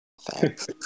Thanks